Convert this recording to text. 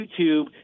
YouTube